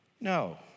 no